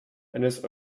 eines